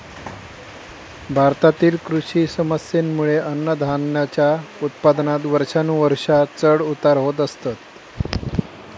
भारतातील कृषी समस्येंमुळे अन्नधान्याच्या उत्पादनात वर्षानुवर्षा चढ उतार होत असतत